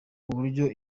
uburyo